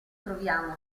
troviamo